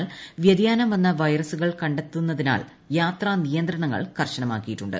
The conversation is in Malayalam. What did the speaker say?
എന്നാൽ വൃതിയാനം വന്ന വൈറസുകൾ കണ്ടെത്തുന്നതിനാൽ യാത്രാ നിയന്ത്രണങ്ങൾ കർശനമാക്കിയിട്ടുണ്ട്